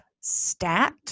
Stat